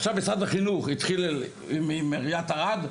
עכשיו משרד החינוך התחיל עם עיריית ערד,